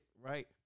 right